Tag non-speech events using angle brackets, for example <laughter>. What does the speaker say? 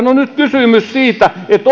<unintelligible> on nyt kysymys siitä että <unintelligible>